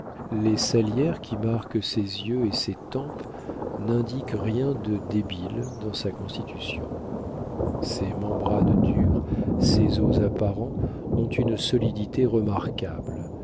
les salières qui marquent ses yeux et ses tempes n'indiquent rien de débile dans sa constitution ses membranes dures ses os apparents ont une solidité remarquable